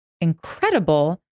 incredible